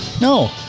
no